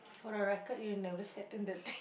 for the record you never settle the thing